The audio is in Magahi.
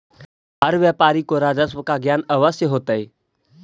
हर व्यापारी को राजस्व का ज्ञान अवश्य होतई